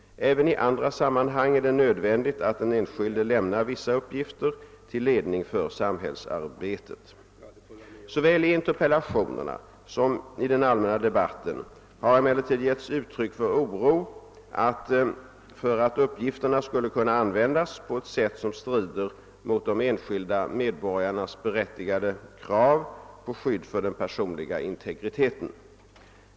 Även i andra sammanhang är det nödvändigt att den enskilde lämnar vissa uppgifter till ledning för samhällsarbetet. Såväl i interpellationerna som i den allmänna debatten har emellertid getts uttryck för oro för att uppgifterna skulle kunna användas på ett sätt som strider mot de enskilda medborgarnas berättigade krav på skydd för den personliga integriteten.